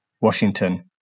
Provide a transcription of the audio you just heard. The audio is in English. Washington